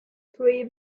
three